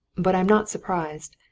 but i'm not surprised.